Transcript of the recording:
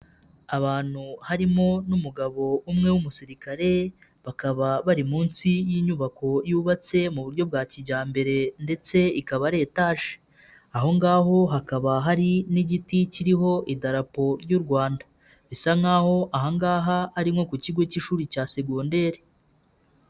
Abantu harimo n'umugabo umwe w'umusirikare, bakaba bari munsi y'inyubako yubatse mu buryo bwa kijyambere ndetse ikaba ari etaje, aho ngaho hakaba hari n'igiti kiriho idarapo ry'u Rwanda, bisa nk'aho aha ngaha ari nko ku kigo cy'ishuri cya segonderi.